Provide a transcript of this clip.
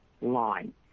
line